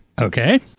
Okay